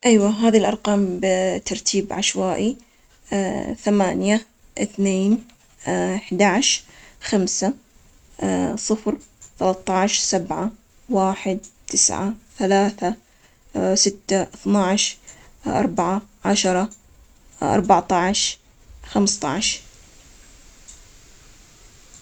أكيد في عنا كثير من الأرقام, لكن حنقول مجموعة من الأرقام بشكل عشوائي, ممكن رقم ثلاثة, رقم اتناعش, رقم صفر رقم سبعة رقم خمستاعش, رقم خمسة, رقم عشرة, رقم واحد, رقم تمانية, رقم أربعة, رقم ستة, رقم ثلاثةعشر رقم إثنين, رقم حداعش, ورقم تسعة.